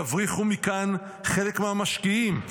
יבריחו מכאן חלק מהמשקיעים.